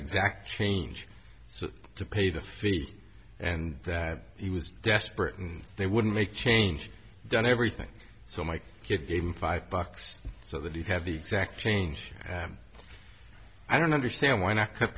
exact change to pay the fee and that he was desperate and they wouldn't make change done everything so my kid gave him five bucks so that he had the exact change and i don't understand why not